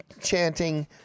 chanting